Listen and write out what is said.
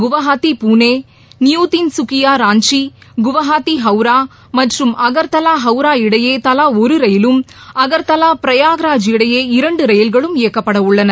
குவஹாத்தி புனே நியுடின்ககியா ராஞ்சி குவஹாத்தி ஹவரா மற்றும் அகர்தலா ஹவுரா இடையே தலா ஒரு ரயிலும் அகர்தலா பிரயாக்ராஜ் இடையே இரண்டு ரயில்களும் இயக்கப்பட உள்ளன